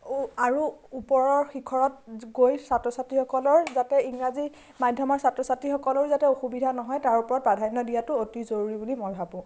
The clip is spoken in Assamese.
ও আৰু ওপৰৰ শিখৰত গৈ ছাত্ৰ ছাত্ৰীসকলৰ যাতে ইংৰাজী মাধ্য়মৰ ছাত্ৰ ছাত্ৰীসকলেও যাতে অসুবিধা নহয় তাৰ ওপৰত প্ৰাধান্য দিয়াটো অতি জৰুৰী বুলি মই ভাবোঁ